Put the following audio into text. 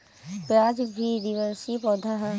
प्याज भी द्विवर्षी पौधा हअ